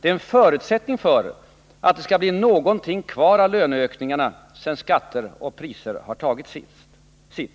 De är en förutsättning för att det skall bli någonting kvar av löneökningarna sedan höjda skatter och priser har tagit sitt.